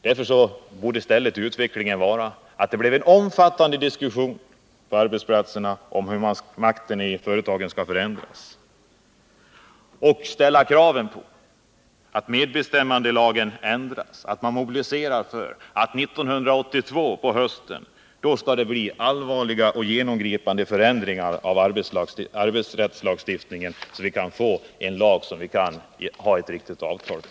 Därför bör det i stället bli omfattande diskussioner på arbetsplatserna om hur makten i företagen skall förändras. Krav bör ställas på att medbestämmandelagen skall ändras. Vidare bör man mobilisera för att det på hösten 1982 skall företas allvarliga och genomgripande förändringar i arbetsrättslagstiftningen, så att vi får en lag som vi kan sluta riktiga avtal på.